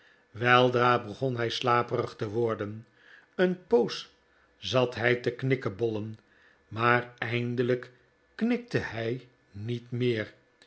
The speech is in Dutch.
weldra begon hij slaperig te worden een poos zat hij te knikkebollen maar eindelijk knikte hij niet meer